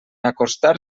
acostar